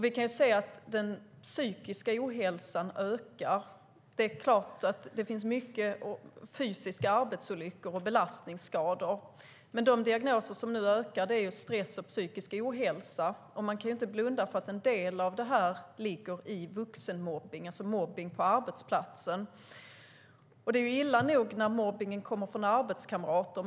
Vi kan se att den psykiska ohälsan ökar. Det är klart att det förekommer många fysiska arbetsolyckor och belastningsskador. Men de diagnoser som nu ökar handlar om stress och psykisk ohälsa, och man kan inte blunda för att en del av detta ligger i vuxenmobbning, alltså mobbning på arbetsplatsen. Det är illa nog när mobbningen kommer från arbetskamrater.